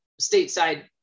stateside